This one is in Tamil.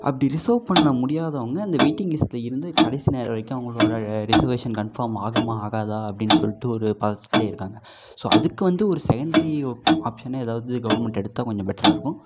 அப்படி ரிசெர்வ் பண்ண முடியாதவங்க அந்த வெயிட்டிங் லிஸ்ட்டில் இருந்து கடைசி நேரம் வரைக்கும் அவங்களோட ரிசெர்வேஷன் கன்ஃபார்ம் ஆகுமா ஆகாதா அப்படின்னு சொல்லிட்டு ஒரு பதட்டத்திலே இருக்காங்க ஸோ அதுக்கு வந்து செகண்டரி ஆப்ஷன்னு எதாவது கவுர்ன்மெண்ட் எடுத்தால் கொஞ்சம் பெட்டரா இருக்கும்